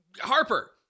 Harper